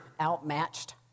outmatched